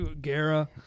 Guerra